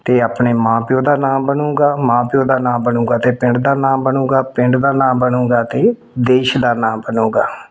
ਅਤੇ ਆਪਣੇ ਮਾਂ ਪਿਓ ਦਾ ਨਾਮ ਬਣੂਗਾ ਮਾਂ ਪਿਓ ਦਾ ਨਾਮ ਬਣੂਗਾ ਤਾਂ ਪਿੰਡ ਦਾ ਨਾਮ ਬਣੂਗਾ ਪਿੰਡ ਦਾ ਨਾਮ ਬਣੂਗਾ ਤਾਂ ਦੇਸ਼ ਦਾ ਨਾਮ ਬਣੂਗਾ